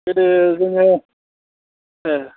गोदो जोङो